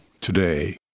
today